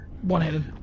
One-handed